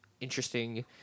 interesting